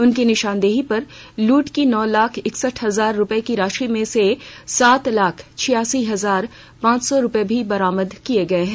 उनकी निशानदेही पर लूट की नौ लाख इकसठ हजार रूपये की राशि में से सात लाख छियासी हजार पांच सौ रूपये भी बरामद किये गये हैं